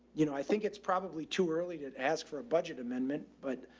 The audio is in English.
you know, i think it's probably too early to ask for a budget amendment, but,